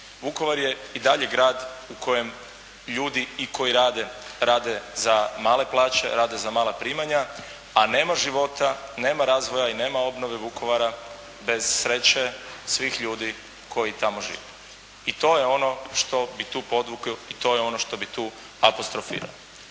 Vukovar je i dalje grad u kojem ljudi i koji rade, rade za male plaće, rade za mala primanja, a nema života, nema razvoja i nema obnove Vukovara bez sreće svih ljudi koji tamo žive i to je ono što bih tu podvukao i to je ono što bih tu apostrofirao.